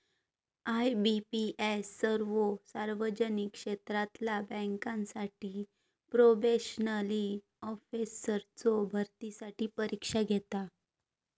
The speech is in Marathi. आय.बी.पी.एस सर्वो सार्वजनिक क्षेत्रातला बँकांसाठी प्रोबेशनरी ऑफिसर्सचो भरतीसाठी परीक्षा घेता